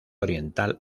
oriental